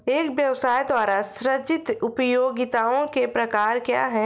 एक व्यवसाय द्वारा सृजित उपयोगिताओं के प्रकार क्या हैं?